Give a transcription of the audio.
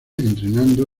entrenando